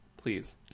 Please